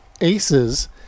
Aces